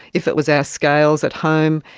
if it was our scales at home,